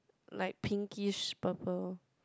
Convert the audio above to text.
like pinkish purple